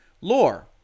lore